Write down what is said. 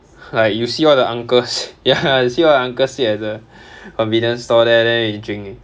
like you see all the uncles ya you see all the uncles sit at the convenience store there then they drink